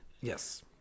Yes